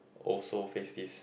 also face this